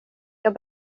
jag